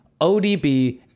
odb